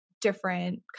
different